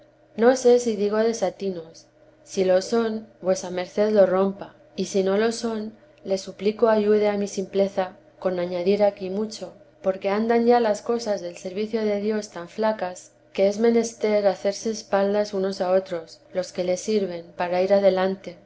no sé si digo desatinos si lo son vuesa merced lo rompa y si no lo son le suplico ayude a mi simpleza con añadir aquí mucho porque andan ya las cosas del servicio de dios tan flacas que es menester hacerse espaldas unos a otros los que le sirven para ir adelante